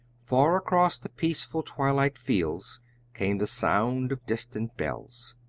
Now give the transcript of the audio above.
far across the peaceful twilight fields came the sound of distant bells.